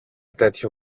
τέτοιο